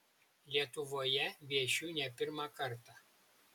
lietuvoje viešiu ne pirmą kartą